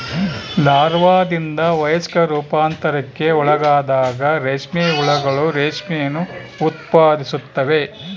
ಲಾರ್ವಾದಿಂದ ವಯಸ್ಕ ರೂಪಾಂತರಕ್ಕೆ ಒಳಗಾದಾಗ ರೇಷ್ಮೆ ಹುಳುಗಳು ರೇಷ್ಮೆಯನ್ನು ಉತ್ಪಾದಿಸುತ್ತವೆ